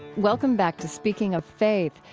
welcome back to speaking of faith,